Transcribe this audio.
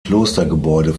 klostergebäude